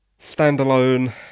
standalone